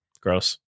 Gross